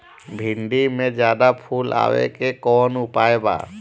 भिन्डी में ज्यादा फुल आवे के कौन उपाय बा?